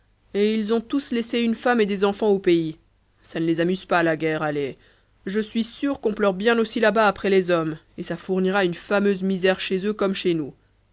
et ils ont tous laissé une femme et des enfants au pays ça ne les amuse pas la guerre allez je suis sûr qu'on pleure bien aussi là-bas après les hommes et ça fournira une fameuse misère chez eux comme chez nous